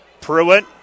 Pruitt